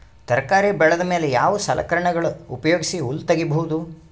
ತರಕಾರಿ ಬೆಳದ ಮೇಲೆ ಯಾವ ಸಲಕರಣೆಗಳ ಉಪಯೋಗಿಸಿ ಹುಲ್ಲ ತಗಿಬಹುದು?